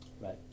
Right